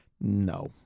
No